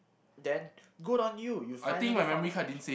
then good on you you finally found a pic~